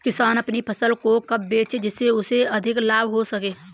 किसान अपनी फसल को कब बेचे जिसे उन्हें अधिक लाभ हो सके?